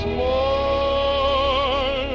more